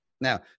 Now